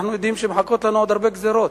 אנחנו יודעים שמחכים לנו עוד הרבה גזירות,